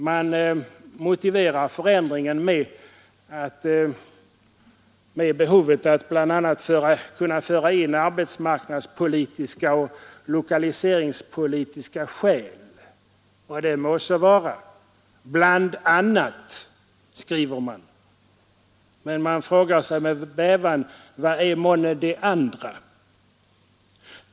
Man motiverar förändringen med behovet att bl.a. kunna väga in även arbetsmarknadspolitiska och lokaliseringspolitiska hänsyn — och det må så vara. Men man skriver ju ”bland annat”. Man frågar sig med bävan: Vad är månne det andra?